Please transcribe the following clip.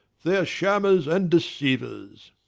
they are shammers and deceivers.